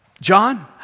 John